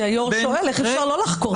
כי היושב-ראש שואל איך אפשר לא לחקור.